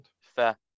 Fair